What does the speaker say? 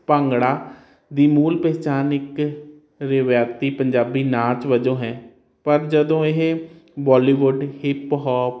ਭਾਂਗੜਾ ਦੀ ਮੂਲ ਪਹਿਚਾਣ ਇਕ ਰਵਿਆਤੀ ਪੰਜਾਬੀ ਨਾਚ ਵਜੋਂ ਹੈ ਪਰ ਜਦੋਂ ਇਹ ਬੋਲੀਵੁੱਡ ਹਿਪਹੋਪ